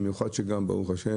ברוך ה',